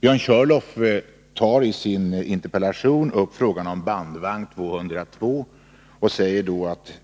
Björn Körlof tar i sin interpellation upp frågan om bandvagn 202 och säger att